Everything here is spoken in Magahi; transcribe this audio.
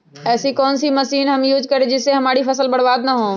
ऐसी कौन सी मशीन हम यूज करें जिससे हमारी फसल बर्बाद ना हो?